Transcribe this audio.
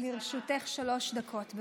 לרשותך שלוש דקות.